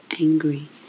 angry